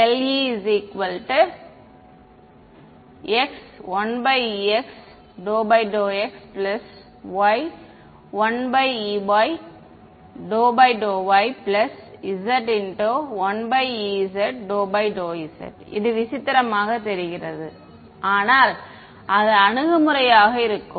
∇e ≡ x ∂∂x y ∂∂y z ∂∂z இது விசித்திரமாகத் தெரிகிறது ஆனால் அது அணுகுமுறையாக இருக்கும்